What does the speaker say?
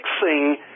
fixing